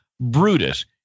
Brutus